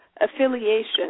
affiliation